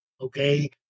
Okay